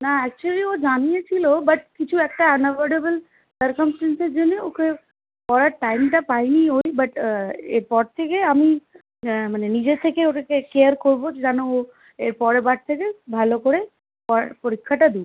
না একচুয়ালি ও জানিয়েছিল বাট কিছু একটা অ্যানঅ্যাভয়ডেবল সার্কামস্ট্যান্সেসের জন্য ওকে পড়ার টাইমটা পায়নি ওই বাট এরপর থেকে আমি মানে নিজে থেকে ওকে টেক কেয়ার করব যেন ও এর পরের বার থেকে ভালো করে পরীক্ষাটা দিক